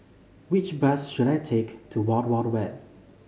which bus should I take to Wild Wild Wet